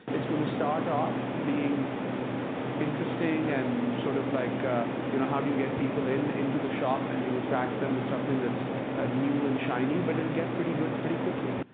it's going to start off being interesting and sort of like you know how do you get people in, into the shop, and you attract them with something that's ah new and shiny. but it'll get pretty good pretty quickly.